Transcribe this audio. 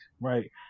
right